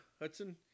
Hudson